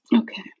Okay